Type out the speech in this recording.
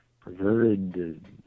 perverted